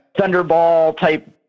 Thunderball-type